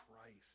christ